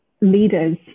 leaders